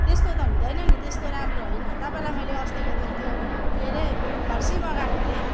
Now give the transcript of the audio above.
त्यस्तो त हुँदैन नि त्यस्तो राम्रो होइन तपाईँलाई मैले अस्तिको दिन त्यो के हरे फर्सी मगाएको थिएँ